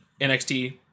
NXT